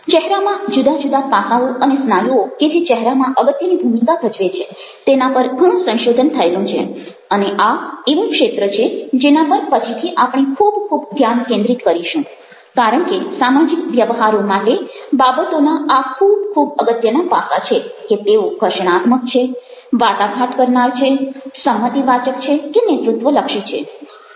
ચહેરામાં જુદા જુદા પાસાઓ અને સ્નાયુઓ કે જે ચહેરામાં અગત્યની ભૂમિકા ભજવે છે તેના પર ઘણું સંશોધન થયેલું છે અને આ એવું ક્ષેત્ર છે જેના પર પછીથી આપણે ખૂબ ખૂબ ધ્યાન કેન્દ્રિત કરીશું કારણ કે સામાજિક વ્યવહારો માટે બાબતોના આ ખૂબ ખૂબ અગત્યના પાસા છે કે તેઓ ઘર્ષણાત્મક છે વાટાઘાટ કરનાર છે સંમતિવાચક છે કે નેતૃત્વલક્ષી છે